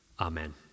Amen